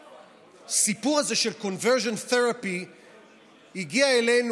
הסיפור הזה של conversion therapy הגיע אלינו,